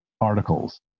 articles